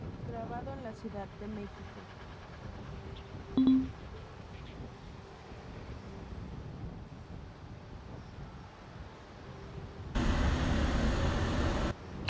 la de morir